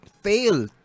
fail